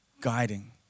guiding